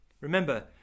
remember